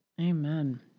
Amen